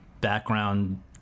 background